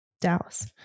Dallas